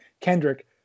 Kendrick